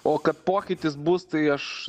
o kad pokytis bus tai aš